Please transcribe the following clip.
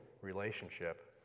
relationship